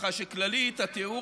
ככה שכללית, התיאור,